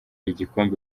igikombe